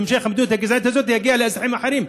בהמשך המדיניות הגזענית הזאת תגיע לאזרחים אחרים,